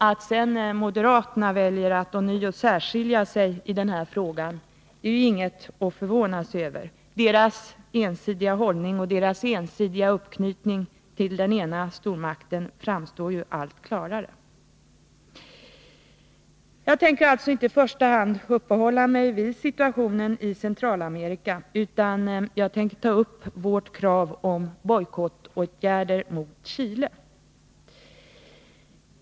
Att sedan moderaterna väljer att ånyo särskilja sig i denna fråga är inget att förvåna sig över. Deras ensidiga hållning och uppknytning till den ena stormakten framstår allt klarare. Jag tänker alltså inte i första hand uppehålla mig vid situationen i Centralamerika utan skall ta upp vårt krav på bojkottåtgärder mot Chile.